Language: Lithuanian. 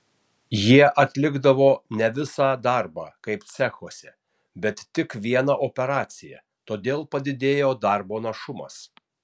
jie atlikdavo ne visą darbą kaip cechuose bet tik vieną operaciją todėl padidėjo darbo našumas